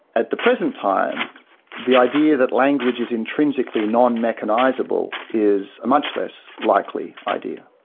at the present time the idea that language is intrinsically non-mechanisable is a much less likely idea.